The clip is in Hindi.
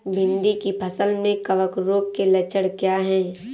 भिंडी की फसल में कवक रोग के लक्षण क्या है?